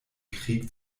krieg